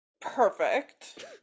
Perfect